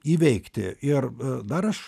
įveikti ir dar aš